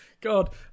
God